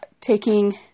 taking